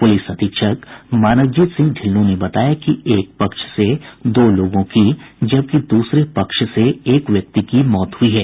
police अधीक्षक मानवजीत सिंह ढिल्लो ने बताया कि एक पक्ष से दो लोगों की जबकि दूसरे पक्ष से एक व्यक्ति की मौत हुई है